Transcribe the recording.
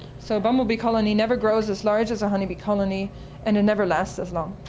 so a bumblebee colony never grows as large as a honeybee colony and it never lasts as long.